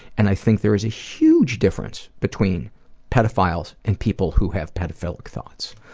and i think there is a huge difference between pedophiles and people who have pedophilic thoughts.